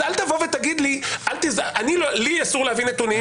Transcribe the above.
אז אל תבוא ותגיד לי שלי אסור להביא נתונים,